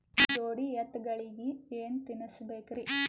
ಜೋಡಿ ಎತ್ತಗಳಿಗಿ ಏನ ತಿನಸಬೇಕ್ರಿ?